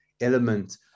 element